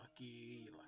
lucky